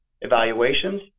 evaluations